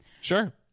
Sure